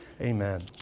Amen